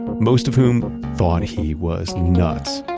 most of whom thought he was nuts